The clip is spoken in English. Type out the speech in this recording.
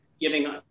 giving